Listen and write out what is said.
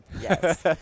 Yes